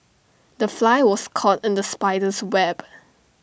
the fly was caught in the spider's web